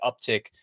uptick